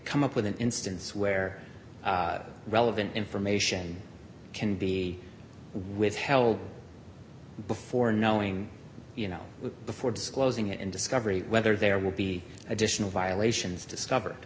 come up with an instance where relevant information can be withheld before knowing you know before disclosing it in discovery whether there will be additional violations discovered